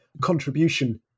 contribution